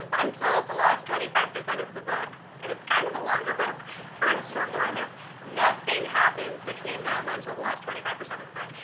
until the last twenty five of of the book and it's kind of a longer book for historical romance nothing happens between them until the last twenty five percent of the book,